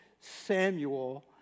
Samuel